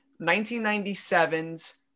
1997's